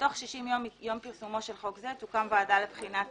בתוך 60 ימים מיום פרסומו של חוק זה תוקם ועדה לבחינת